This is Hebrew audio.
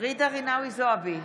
ג'ידא רינאוי זועבי,